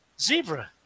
zebra